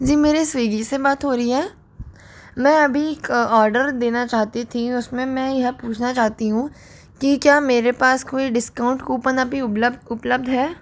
जी मेरे स्विग्गी से बात हो रही है मैं अभी एक ऑर्डर देना चाहती थी उसमें मैं यह पूछना चाहती हूँ कि क्या मेरे पास कोई डिस्काउंट कूपन अभी उपलब्ध उपलब्ध है